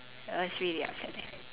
that was really upsetting